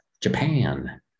Japan